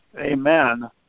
Amen